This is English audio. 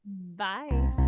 bye